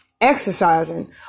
exercising